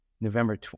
November